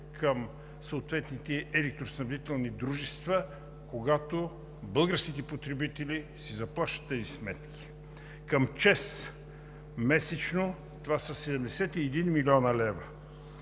към съответните електроснабдителни дружества, когато българските потребители си заплащат тези сметки. Към ЧЕЗ месечно това са 71 млн. лв.,